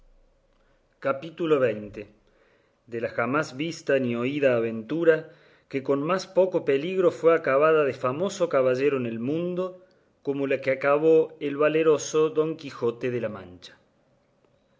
capítulo xx de la jamás vista ni oída aventura que con más poco peligro fue acabada de famoso caballero en el mundo como la que acabó el valeroso don quijote de la mancha